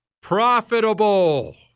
Profitable